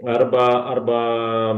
arba arba